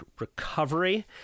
recovery